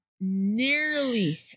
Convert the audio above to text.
nearly